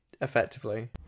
effectively